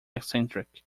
eccentric